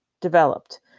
Developed